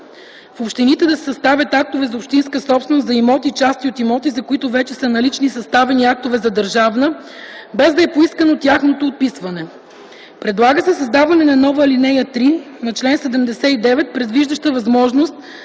общините да съставят актове за общинска собственост за имоти/части от имоти, за които вече са налични съставени актове за държавна собственост, без да е поискано тяхното отписване. Предлага се създаване на нова ал. 3 на чл. 79, предвиждаща възможност